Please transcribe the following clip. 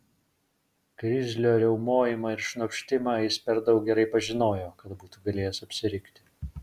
grizlio riaumojimą ir šnopštimą jis per daug gerai pažinojo kad būtų galėjęs apsirikti